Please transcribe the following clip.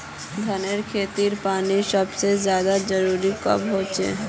धानेर खेतीत पानीर सबसे ज्यादा जरुरी कब होचे?